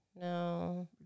no